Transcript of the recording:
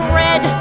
red